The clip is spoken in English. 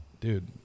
dude